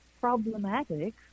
problematic